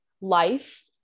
life